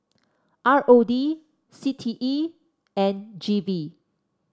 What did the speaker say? R O D C T E and G V